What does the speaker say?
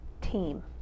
team